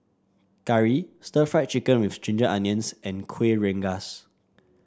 curry Stir Fried Chicken with Ginger Onions and Kueh Rengas